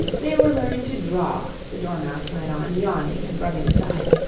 they were learning to draw the dormouse went on, yawning and rubbing its eyes,